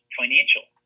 financial